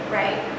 right